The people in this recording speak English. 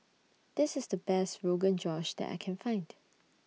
This IS The Best Rogan Josh that I Can Find